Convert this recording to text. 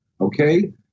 Okay